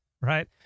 right